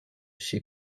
she